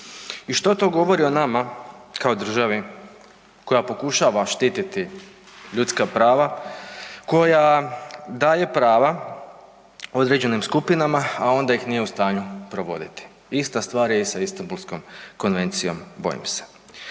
I što to govori o nama kao državi koja pokušava štititi ljudska prava, koja daje prava određenim skupinama, a onda ih nije u stanju provoditi? Ista stvar je i sa Istambulskom konvencijom, bojim se.